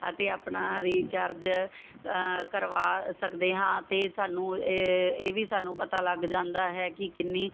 ਅਤੇ ਆਪਣਾ ਰੀਚਾਰਜ ਕਰਵਾ ਸਕਦੇ ਹਾਂ ਅਤੇ ਸਾਨੂੰ ਇਹ ਵੀ ਸਾਨੂੰ ਪਤਾ ਲੱਗ ਜਾਂਦਾ ਹੈ ਕਿ ਕਿੰਨੀ